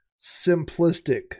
simplistic